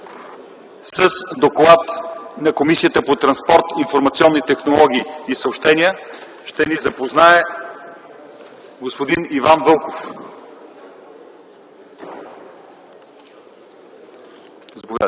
С доклада на Комисията по транспорт, информационни технологии и съобщения ще ни запознае господин Станислав